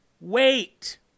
Wait